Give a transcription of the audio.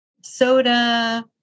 Soda